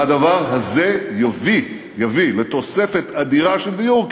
והדבר הזה יביא לתוספת אדירה של דיור.